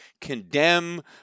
condemn